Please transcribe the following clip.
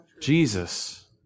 Jesus